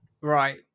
Right